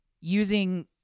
using